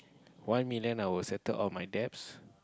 one million I will settle all my debts